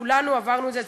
וכולנו עברנו את זה,